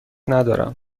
ندارم